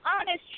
honest